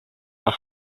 are